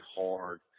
hard